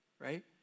right